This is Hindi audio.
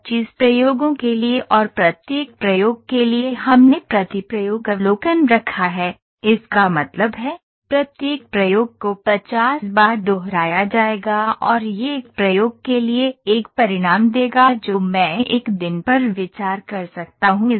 25 प्रयोगों के लिए और प्रत्येक प्रयोग के लिए हमने प्रति प्रयोग अवलोकन रखा है इसका मतलब है प्रत्येक प्रयोग को 50 बार दोहराया जाएगा और यह एक प्रयोग के लिए एक परिणाम देगा जो मैं एक दिन पर विचार कर सकता हूं